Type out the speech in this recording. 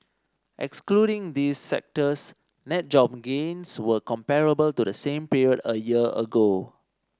excluding these sectors net job gains were comparable to the same period a year ago